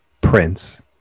prince